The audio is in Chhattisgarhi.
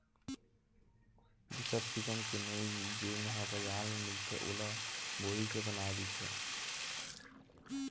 दूसर किसिम के नोई जेन ह बजार म मिलथे ओला बोरी के बनाये रहिथे